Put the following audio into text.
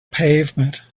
pavement